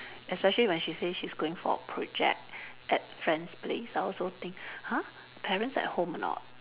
especially when she say she's going for project at friends' place I also think !huh! parents at home or not